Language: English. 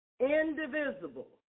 Indivisible